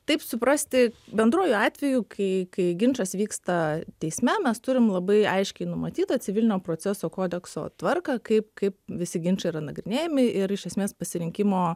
taip suprasti bendruoju atveju kai kai ginčas vyksta teisme mes turim labai aiškiai numatytą civilinio proceso kodekso tvarką kaip kaip visi ginčai yra nagrinėjami ir iš esmės pasirinkimo